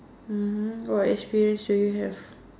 mm what experience do you have